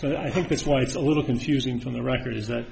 that i think that's why it's a little confusing from the record is that